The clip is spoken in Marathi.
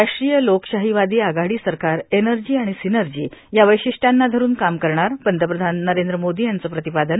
राष्ट्रीय लोकशाहीवादी आघाडी सरकार एनर्जी आणि सिनर्जी या वैशिष्ट्यांना धरून काम करणार पंतप्रधान नरेंद्र मोदी यांचं प्रतिपादन